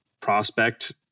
prospect